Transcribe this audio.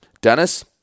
Dennis